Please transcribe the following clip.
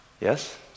yes